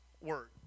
word